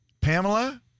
Pamela